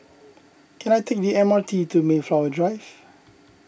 can I take the M R T to Mayflower Drive